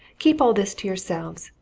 keep all this to yourselves.